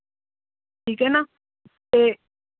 ਠੀਕ ਹੈ ਨਾ ਅਤੇ